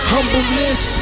Humbleness